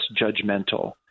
judgmental